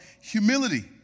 humility